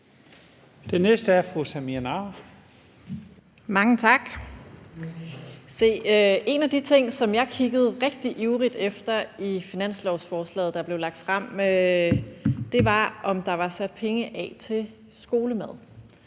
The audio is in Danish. Kl. 13:57 Samira Nawa (RV): Mange tak. Se, en af de ting, som jeg kiggede rigtig ivrigt efter i finanslovsforslaget, der blev fremsat, var, om der var sat penge af til skolemad.